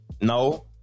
No